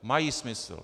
Mají smysl!